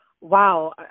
Wow